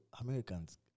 Americans